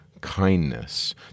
kindness